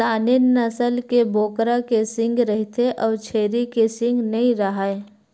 Saanen नसल के बोकरा के सींग रहिथे अउ छेरी के सींग नइ राहय